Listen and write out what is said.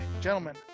gentlemen